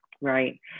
Right